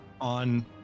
on